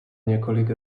několik